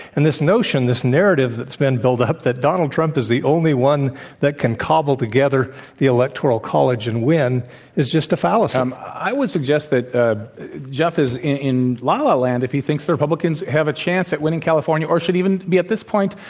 and this notion this narrative that's been built up, that donald trump is the only one that can cobble together the electoral college and win is just a fallacy. kris kobach. um i would suggest that ah jeff is in la-la land if he thinks the republicans have a chance at winning california or should even be, at this point,